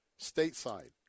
stateside